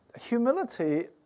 humility